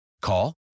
Call